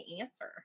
answer